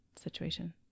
situation